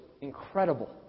incredible